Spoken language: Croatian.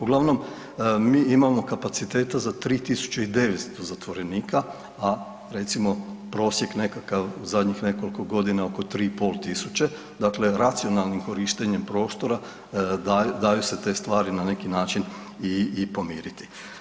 Uglavnom, mi imamo kapaciteta za 3.900 zatvorenika, a recimo prosjek nekakav u zadnjih nekoliko godina oko 3.500, dakle racionalnim korištenjem prostora daju se te stvari na neki način i pomiriti.